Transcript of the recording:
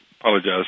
apologize